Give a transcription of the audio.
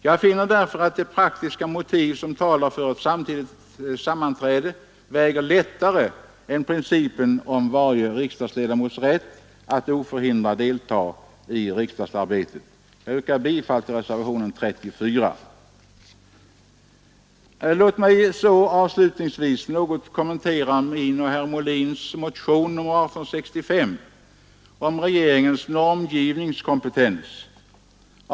Jag finner att de praktiska motiv som talar för samtidiga sammanträden väger lättare än principen om varje riksdagsledamots rätt att oförhindrat delta i ri Jag yrkar bifall till r Låt mig så avslutningsvis något kommentera min och herr Molins motion nr 1865 om regeringens normgivningskompetens.